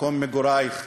מקום מגורייך,